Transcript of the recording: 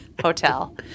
Hotel